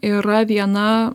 yra viena